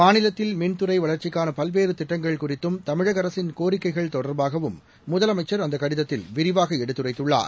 மாநிலத்தில் மின்துறைவளா்ச்சிக்கானபல்வேறுதிட்டங்கள் குறித்தும் தமிழகஅரசின் கோரிக்கைகள் தொடர்பாகவும் முதலமைச்சர் அந்தகடிதத்தில் விரிவாகஎடுத்துரைத்துள்ளார்